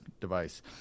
device